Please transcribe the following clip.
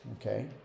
Okay